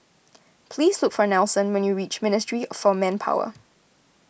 please look for Nelson when you reach Ministry of Manpower